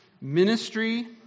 Ministry